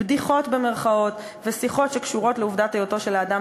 "בדיחות" ושיחות שקשורות לעובדת היותו של האדם